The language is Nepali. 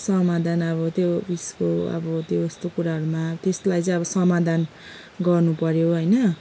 समाधान अब त्यो ऊ यसको अब त्यस्तो कुराहरूमा त्यसलाई चाहिँ अब समाधान गर्नुपऱ्यो होइन